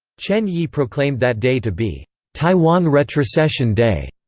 chen yi proclaimed that day to be taiwan retrocession day,